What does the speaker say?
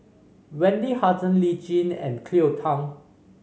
Wendy Hutton Lee Tjin and Cleo Thang